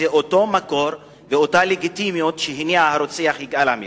וזה אותו מקור ואותה לגיטימיות שהניעה את הרוצח יגאל עמיר.